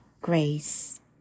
grace